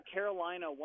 Carolina